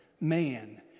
man